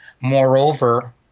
Moreover